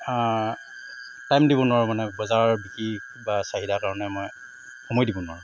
time দিব নোৱাৰোঁ মানে বজাৰৰ বিকি বা চাহিদা কাৰণে মই সময় দিব নোৱাৰোঁ